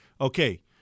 Okay